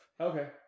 Okay